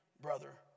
brother